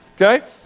okay